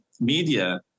media